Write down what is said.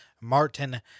Martin